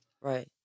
right